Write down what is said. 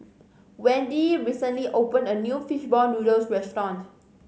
Wende recently opened a new fish ball noodles restaurant